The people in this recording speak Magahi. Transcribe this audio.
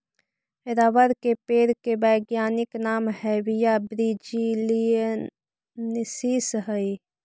रबर के पेड़ के वैज्ञानिक नाम हैविया ब्रिजीलिएन्सिस हइ